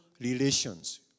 relations